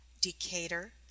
Decatur